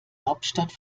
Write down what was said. hauptstadt